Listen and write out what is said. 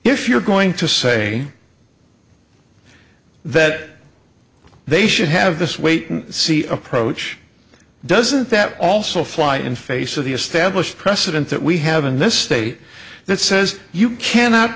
if you're going to say that they should have this wait and see approach doesn't that also fly in face of the established precedent that we have in this state that says you cannot